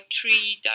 three